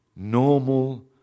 normal